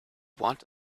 want